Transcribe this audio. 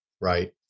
right